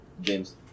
James